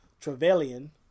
Trevelyan